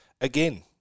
again